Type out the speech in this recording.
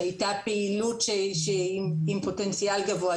שהייתה פעילות עם פוטנציאל גבוה,